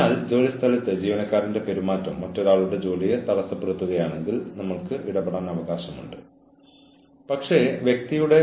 എന്നിട്ടും പെരുമാറ്റം മാറിയില്ലെങ്കിൽ നിങ്ങൾ സസ്പെൻഷൻ ഉത്തരവുകൾ പുറപ്പെടുവിക്കുകയും അന്വേഷണം നടത്തുകയും ചെയ്യും